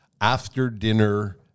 after-dinner